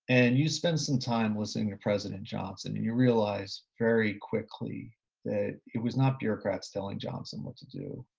and you spend some time listening to ah president johnson and you realize very quickly that it was not bureaucrats telling johnson what to do.